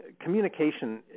communication